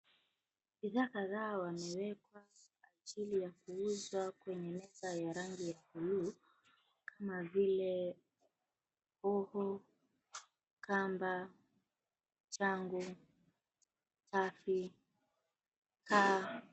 Bidhaa kadhaa wamewekwa kwa ajili ya kuuzwa kwenye meza ya rangi ya buluu kama vile: hoho, kamba, chango tafi, kaa...